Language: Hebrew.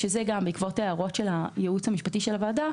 בעקבות הערות של הייעוץ המשפטי של הוועדה,